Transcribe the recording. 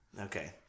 Okay